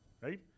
right